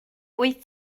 wyt